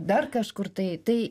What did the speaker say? dar kažkur tai tai